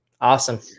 Awesome